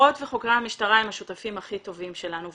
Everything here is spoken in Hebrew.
חוקרות וחוקרי המשטרה הם השותפים הכי טובים שלנו.